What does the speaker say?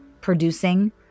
producing